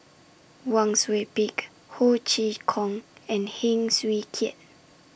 Wang Sui Pick Ho Chee Kong and Heng Swee Keat